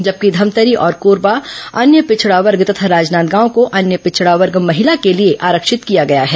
जबकि धमतरी और कोरबा अन्य पिछड़ा वर्ग तथा राजनादगाव को अन्य पिछडा वर्ग महिला के लिए आरक्षित किया गया है